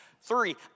three